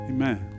Amen